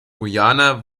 guayana